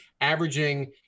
averaging